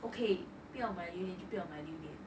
okay 不要买榴莲就不要买榴莲